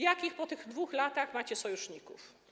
Jakich po tych 2 latach macie sojuszników?